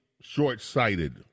short-sighted